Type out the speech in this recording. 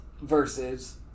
versus